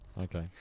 Okay